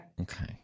Okay